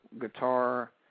guitar